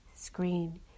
screen